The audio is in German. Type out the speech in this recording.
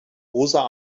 rosa